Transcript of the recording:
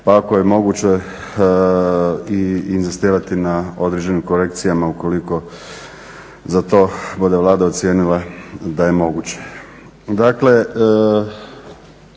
pa ako je moguće i inzistirati na određenim korekcijama ukoliko za to bude Vlada ocijenila da je moguće.